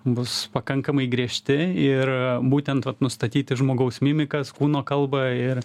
bus pakankamai griežti ir būtent vat nustatyti žmogaus mimikas kūno kalbą ir